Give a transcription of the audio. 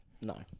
No